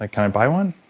i kind of buy one?